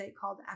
called